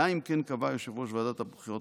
אלא אם כן קבע יושב-ראש ועדת הבחירות